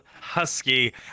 husky